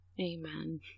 Amen